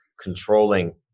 controlling